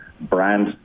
Brand